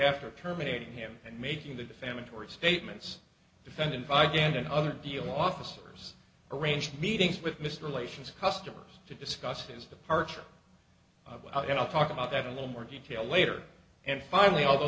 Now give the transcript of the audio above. after terminating him and making the defamatory statements defendant by defendant other deal officers arranged meetings with mr relations customers to discuss his departure and i'll talk about that a little more detail later and finally although